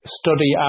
study